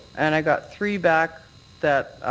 and i got three back that